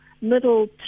middle